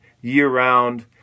year-round